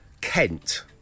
Kent